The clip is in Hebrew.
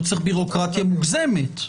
לא צריך ביורוקרטיה מוגזמת,